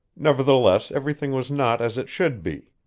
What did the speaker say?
nevertheless, everything was not as it should be.